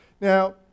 Now